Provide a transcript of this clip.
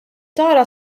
tara